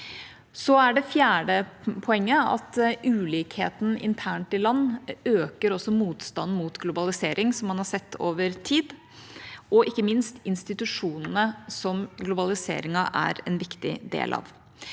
Det fjerde poenget er at ulikheten internt i land øker motstanden mot globalisering, som man har sett over tid, og ikke minst institusjonene, som globaliseringen er en viktig del av.